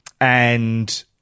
and-